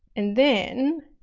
and then,